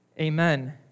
Amen